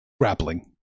grappling